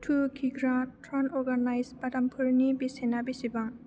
two किग्रा ट्रान अर्गानाइस बादामफोरनि बेसेना बेसेबां